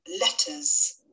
letters